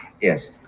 Yes